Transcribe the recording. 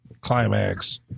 climax